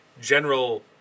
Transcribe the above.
general